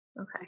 Okay